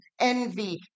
envy